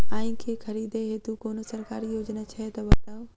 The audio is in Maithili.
आइ केँ खरीदै हेतु कोनो सरकारी योजना छै तऽ बताउ?